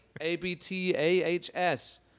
A-B-T-A-H-S